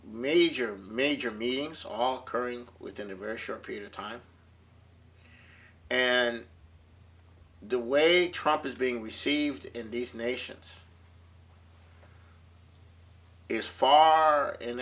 major major meetings all currying within a very short period of time and the way trump is being received in these nations is far